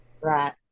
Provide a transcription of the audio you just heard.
Right